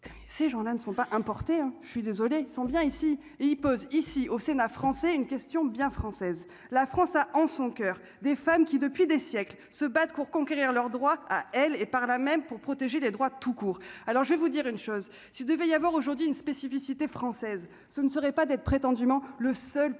ces gens-là ne sont pas importés, hein, je suis désolé, ils sont bien ici et il pose ici au sénat français une question bien française, la France a en son coeur, des femmes qui, depuis des siècles, se battent pour conquérir leurs droits à elle et, par là même pour protéger les droits tout court, alors je vais vous dire une chose : s'il devait y avoir aujourd'hui une spécificité française, ce ne serait pas d'être prétendument le seul pays